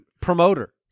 Promoter